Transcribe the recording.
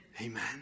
Amen